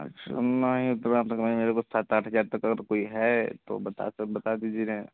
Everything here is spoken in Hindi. अच्छा नहीं तो मेरेको सात आठ हजार तक का अगर कोई है तो बता बता दीजिएगा